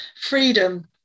freedom